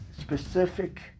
specific